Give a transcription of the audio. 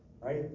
right